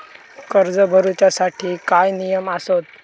कर्ज भरूच्या साठी काय नियम आसत?